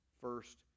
First